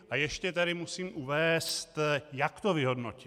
A ještě tady musím uvést, jak to vyhodnotili.